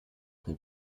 mit